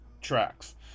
tracks